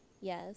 Yes